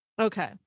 Okay